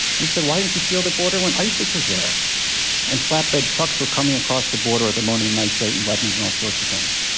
we said, why didn't you seal the border when isis was there and flatbed trucks were coming across the border with ammonium nitrate and weapons and all sorts of things?